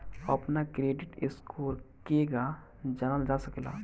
अपना credit score केगा जानल जा सकेला?